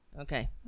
okay